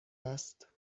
است